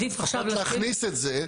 רק להכניס את זה.